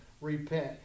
repent